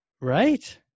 Right